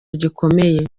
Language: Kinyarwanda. gikomeye